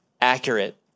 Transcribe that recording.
accurate